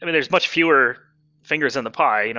and there's much fewer fingers on the pie. you know